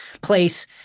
place